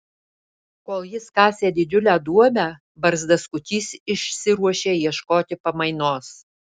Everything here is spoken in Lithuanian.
kol jis kasė didžiulę duobę barzdaskutys išsiruošė ieškoti pamainos